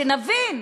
שנבין,